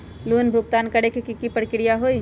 Loan भुगतान करे के की की प्रक्रिया होई?